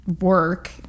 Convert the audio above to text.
work